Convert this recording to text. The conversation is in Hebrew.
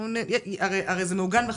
הרי זה מעוגן בחקיקה.